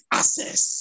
access